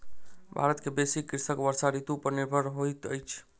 भारत के बेसी कृषक वर्षा ऋतू पर निर्भर होइत अछि